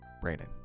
Brandon